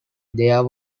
there